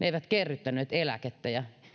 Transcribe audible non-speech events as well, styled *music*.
*unintelligible* eivät kerryttäneet eläkettä